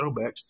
throwbacks